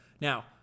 Now